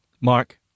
Mark